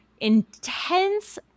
intense